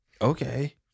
Okay